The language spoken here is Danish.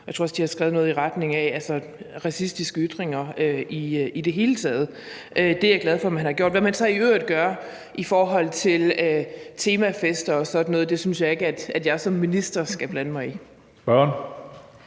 Jeg tror også, de har skrevet noget i retning af racistiske ytringer i det hele taget. Det er jeg glad for man har gjort. Hvad man så i øvrigt gør i forhold til temafester og sådan noget, synes jeg ikke at jeg som minister skal blande mig i. Kl.